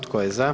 Tko je za?